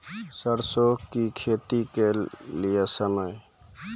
सरसों की खेती के लिए समय?